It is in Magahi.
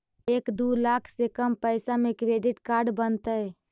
एक दू लाख से कम पैसा में क्रेडिट कार्ड बनतैय?